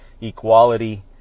equality